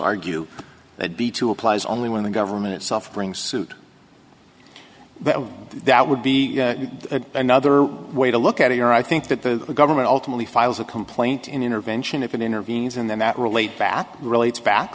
argue that b two applies only when the government itself bring suit but that would be another way to look at your i think that the government ultimately files a complaint in intervention if it intervenes and then that relate that relates back